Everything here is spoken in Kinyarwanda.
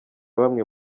bamwe